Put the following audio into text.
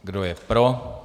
Kdo je pro?